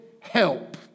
help